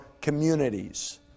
communities